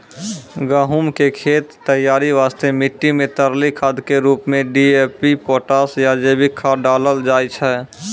गहूम के खेत तैयारी वास्ते मिट्टी मे तरली खाद के रूप मे डी.ए.पी पोटास या जैविक खाद डालल जाय छै